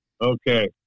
Okay